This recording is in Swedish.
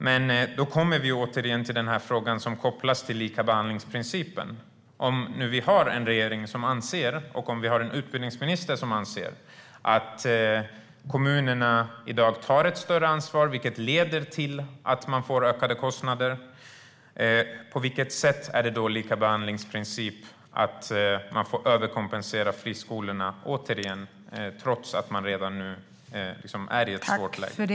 Men då kommer vi återigen till frågan som kopplas till likabehandlingsprincipen: Om vi nu har en regering och en utbildningsminister som anser att kommunerna i dag tar ett större ansvar, vilket leder till att de får ökade kostnader, på vilket sätt är det då en likabehandlingsprincip att man får överkompensera friskolorna, trots att kommunerna redan nu är i ett svårt läge?